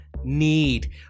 need